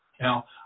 Now